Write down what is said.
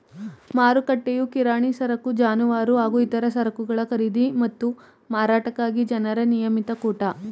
ಮಾರುಕಟ್ಟೆಯು ಕಿರಾಣಿ ಸರಕು ಜಾನುವಾರು ಹಾಗೂ ಇತರ ಸರಕುಗಳ ಖರೀದಿ ಮತ್ತು ಮಾರಾಟಕ್ಕಾಗಿ ಜನರ ನಿಯಮಿತ ಕೂಟ